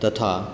तथा